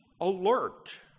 alert